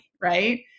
Right